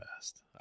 best